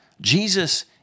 Jesus